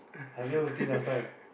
I play WolfTeam last time